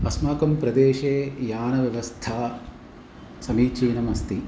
अस्माकं प्रदेशे यानव्यवस्था समीचीनमस्ति